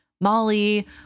Molly